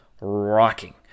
rocking